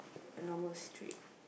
a normal street